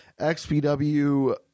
XPW